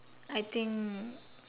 I think